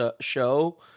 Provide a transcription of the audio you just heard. show